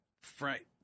Frank